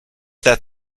that